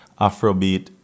Afrobeat